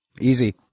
Easy